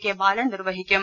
K Balan നിർവഹിക്കും